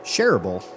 Shareable